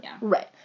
Right